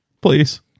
please